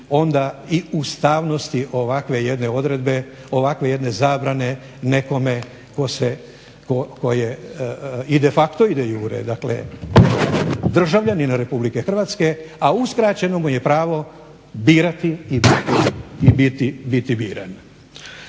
onda i ustavnosti ovakve jedne odredbe, ovakve jedne zabrane nekome tko je i de facto de jure. Dakle, državljanin Republike Hrvatske, a uskraćeno mu je pravo birati i biti biran.